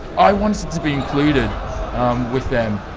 i wanted to be included with them.